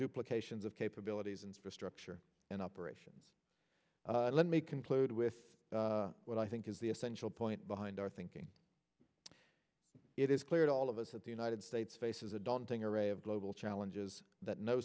duplications of capabilities and superstructure and operations let me conclude with what i think is the essential point behind our thinking it is clear to all of us that the united states faces a daunting array of global challenges that no